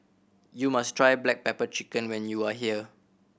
you must try black pepper chicken when you are here